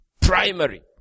Primary